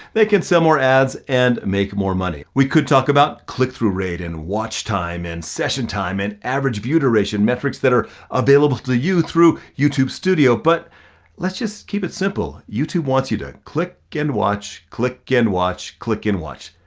they can sell more ads and make more money. we could talk about click-through rate and watch time and session time and average view duration metrics that are available to you through youtube studio, but let's just keep it simple. youtube wants you to click and watch, click and watch, click and watch,